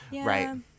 right